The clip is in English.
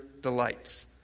delights